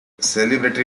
celebrity